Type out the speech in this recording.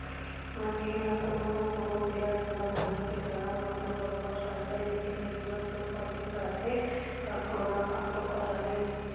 मनखे ल कोनो न कोनो बेरा धंधा पानी के करब म तो बरोबर करजा लेके जरुरत तो पड़बे करथे कखरो न कखरो करा ले